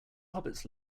hobbits